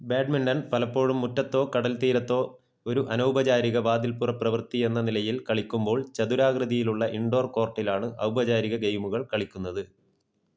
badminton പലപ്പോഴും മുറ്റത്തോ കടൽ തീരത്തോ ഒരു അനൗപചാരിക വാതില്പ്പുറ പ്രവൃത്തിയെന്ന നിലയില് കളിക്കുമ്പോള് ചതുരാകൃതിയിലുള്ള ഇൻഡോർ കോർട്ടിലാണ് ഔപചാരിക ഗെയിമുകൾ കളിക്കുന്നത്